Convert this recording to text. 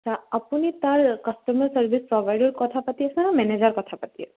আপুনি তাৰ customer service provider কথা পাতি আছেনে মেনেজাৰ কথা পাতি আছে